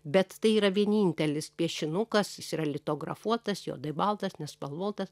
bet tai yra vienintelis piešinukas jis yra litografuotas juodai baltas nespalvotas